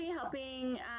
helping